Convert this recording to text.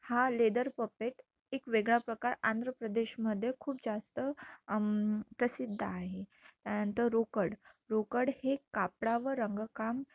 हा leather puppet एक वेगळा प्रकार आंध्र प्रदेशमध्ये खूप जास्त प्रसिद्ध आहे त्यानंतर रोकड रोकड हे कापडा व रंगकाम